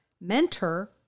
mentor